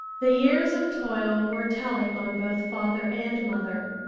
the years of toil were telling on both father and mother,